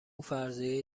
فرضیهای